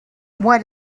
what